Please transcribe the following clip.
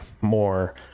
more